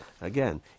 again